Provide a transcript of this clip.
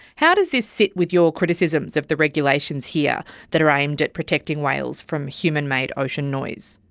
how does this sit with your criticisms of the regulations here that are aimed at protecting whales from human-made ocean noise?